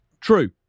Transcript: True